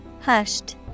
Hushed